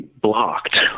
blocked